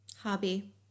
Hobby